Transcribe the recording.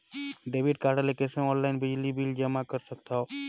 Debit card ले कइसे online बिजली बिल जमा कर सकथव?